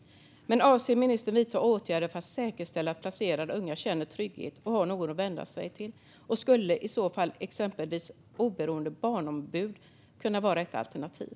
Avser ministern att vidta åtgärder för att säkerställa att placerade unga känner trygghet och har någon att vända sig till? Skulle i så fall exempelvis oberoende barnombud kunna vara ett alternativ?